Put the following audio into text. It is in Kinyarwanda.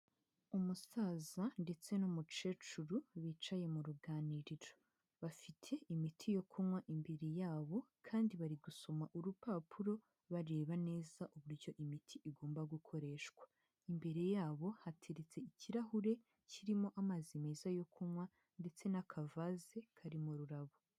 Umusaza ndetse n'umukecuru, bicaye mu ruganiriro. Bafite imiti yo kunywa imbere yabo, kandi bari gusoma urupapuro, bareba neza uburyo imiti igomba gukoreshwa. Imbere yabo hateritse ikirahure, kirimo amazi meza yo kunywa, ndetse n'akavaze karimo ururabo.